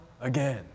again